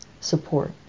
support